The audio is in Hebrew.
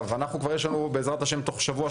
תוך שבוע,